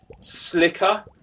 slicker